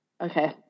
okay